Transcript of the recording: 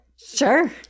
Sure